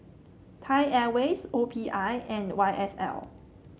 Thai Airways O P I and Y S L